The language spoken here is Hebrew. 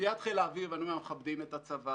ובסוגיית חיל האוויר אנחנו מכבדים את הצבא,